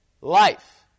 life